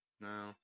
No